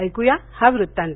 ऐकूया हा वृत्तांत